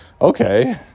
okay